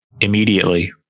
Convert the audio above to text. immediately